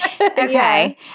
Okay